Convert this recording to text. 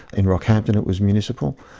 in rockhampton it was municipal.